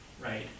right